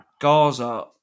Gaza